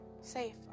safe